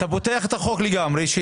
אתה פותח את החוק לגמרי.